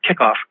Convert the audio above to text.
kickoff